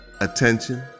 attention